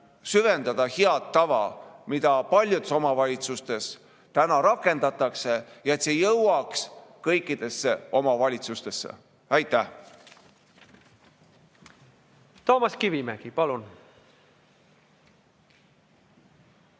süvendada head tava, mida paljudes omavalitsustes täna rakendatakse, et see jõuaks kõikidesse omavalitsustesse. Aitäh! Toomas Kivimägi, palun!